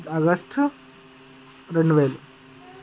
August రెండు వేలు